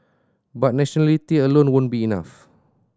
but nationality alone won't be enough